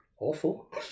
Awful